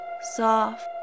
Soft